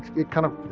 it kind of,